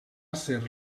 ser